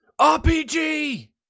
RPG